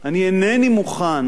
אני אינני מוכן